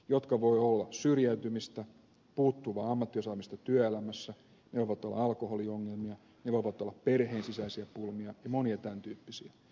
ne voivat olla syrjäytymistä ja puuttuvaa ammattiosaamista työelämässä ne voivat olla alkoholiongelmia ja ne voivat olla perheen sisäisiä pulmia ja monia tämän tyyppisiä